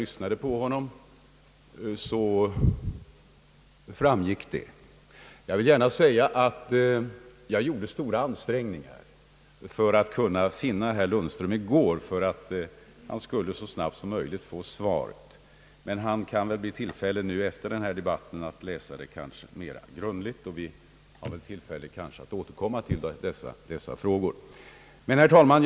Jag fick en känsla av detta när jag lyssnade på honom. Jag gjorde stora ansträngningar att finna herr Lundström i går för att han så snabbt som möjligt skulle få svaret. Efter denna debatt kan kanske herr Lund ström få tillfälle att läsa svaret mera grundligt, och vi kan måhända återkomma till dessa frågor. Herr talman!